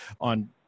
on